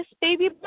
baby